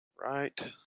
Right